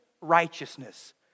righteousness